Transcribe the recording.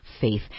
faith